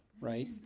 right